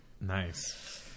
nice